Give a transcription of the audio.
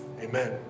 Amen